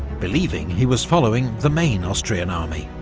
believing he was following the main austrian army,